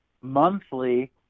monthly